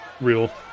real